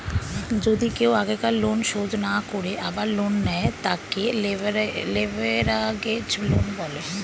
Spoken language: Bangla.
যদি কেও আগেকার লোন শোধ না করে আবার লোন নেয়, তাকে লেভেরাগেজ লোন বলে